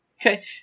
Okay